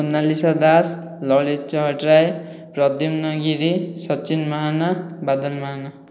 Monalisa Das Lalit Chhotray Pradyumna Giri Sachin Mahana Badal Mahana